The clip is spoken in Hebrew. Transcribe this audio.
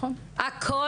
אצל